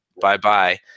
bye-bye